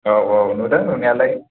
औ औ नुदों नुनायालाय